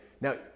Now